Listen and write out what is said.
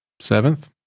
Seventh